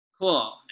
Cool